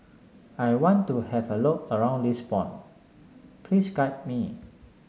I want to have a look around Lisbon please guide me